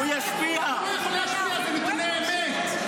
מה מפריע לך שאנחנו נדע נתוני אמת?